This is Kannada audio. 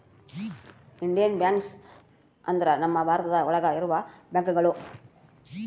ಇಂಡಿಯನ್ ಬ್ಯಾಂಕ್ಸ್ ಅಂದ್ರ ನಮ್ ಭಾರತ ಒಳಗ ಇರೋ ಬ್ಯಾಂಕ್ಗಳು